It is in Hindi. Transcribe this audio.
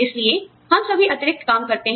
इसलिए हम सभी अतिरिक्त काम करते हैं